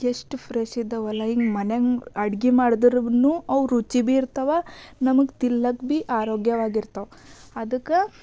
ಎಷ್ಟು ಫ್ರೆಶ್ ಇದ್ದಾವೆಲ್ಲ ಈಗ ಮನ್ಯಾಗೆ ಅಡ್ಗೆ ಮಾಡಿದ್ರುನು ಅವು ರುಚಿ ಭೀ ಇರ್ತಾವೆ ನಮಗೆ ತಿನ್ಲಿಕ್ಕೆ ಭೀ ಆರೋಗ್ಯವಾಗಿರ್ತಾವೆ ಅದಕ್ಕೆ